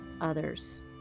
others